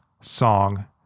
song